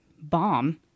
bomb